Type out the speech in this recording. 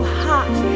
hot